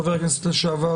חבר הכנסת לשעבר,